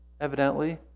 evidently